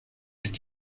ist